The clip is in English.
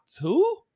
two